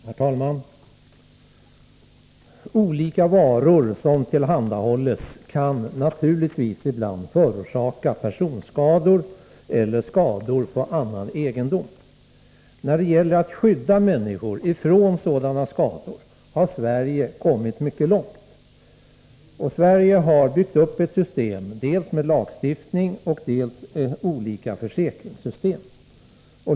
Herr talman! Olika varor som tillhandahålls kan naturligtvis ibland förorsaka personskador eller skador på annan egendom. När det gäller att skydda människor från sådana skador har Sverige kommit mycket långt. Sverige har byggt upp ett system med dels lagstiftning, dels olika försäkringssystem.